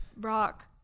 rock